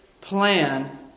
plan